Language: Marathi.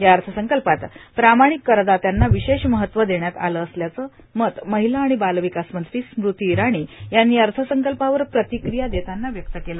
या अर्थसंकल्पात प्रामाणिक करदात्यांना विशेष महत्व देण्यात आलं असल्याचं मत महिला आणि बाल विकास मंत्री स्मृती इराणी यांनी अर्थसंकल्पावर प्रतिक्रिया देतांना व्यक्त केलं